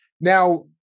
now